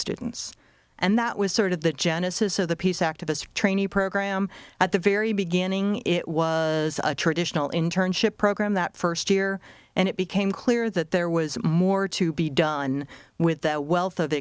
students and that was sort of the genesis of the peace activist trainee program at the very beginning it was a traditional inturn schip program that first year and it became clear that there was more to be done with that we